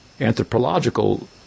anthropological